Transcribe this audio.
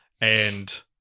and-